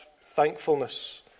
thankfulness